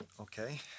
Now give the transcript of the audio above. Okay